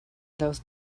those